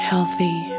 Healthy